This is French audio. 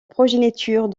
progéniture